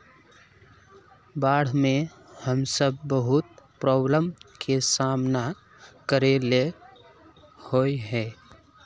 बाढ में हम सब बहुत प्रॉब्लम के सामना करे ले होय है?